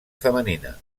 femenina